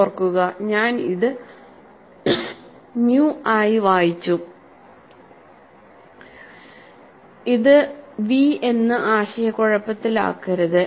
ഓർക്കുക ഞാൻ ഇത് ന്യൂ ആയി വായിച്ചു ഇത് v എന്ന് ആശയക്കുഴപ്പത്തിലാക്കരുത്